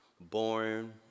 born